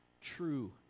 true